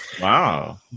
Wow